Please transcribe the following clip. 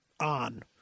on